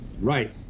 right